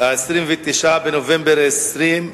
29 בנובמבר 2010,